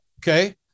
Okay